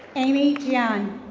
amy gian.